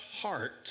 heart